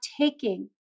taking